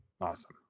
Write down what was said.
Awesome